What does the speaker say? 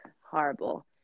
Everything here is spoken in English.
horrible